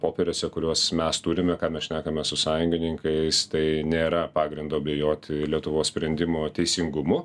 popieriuose kuriuos mes turime ką mes šnekame su sąjungininkais tai nėra pagrindo abejoti lietuvos sprendimo teisingumu